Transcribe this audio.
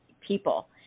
people